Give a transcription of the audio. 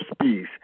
peace